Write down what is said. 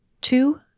Two